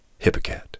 Hippocat